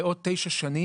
בעוד 9 שנים,